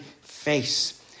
face